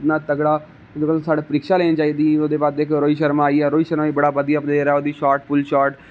इन्ना तगड़ा सारे परिक्षा लैनी चाहिदी ही कि एहदे बाद दिक्खी लैओ रोहित शर्मा आई गेआ रोहित शर्मा बी बड़ा बधिया प्लेयर ऐ ओहदी फुल्ल शार्ट ओहदी फुल्ल शार्ट